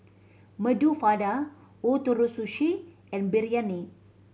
Medu Vada Ootoro Sushi and Biryani